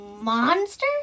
monster